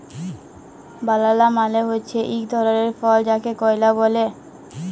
বালালা মালে হছে ইক ধরলের ফল যাকে কলা ব্যলে